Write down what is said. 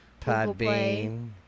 Podbean